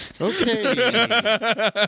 Okay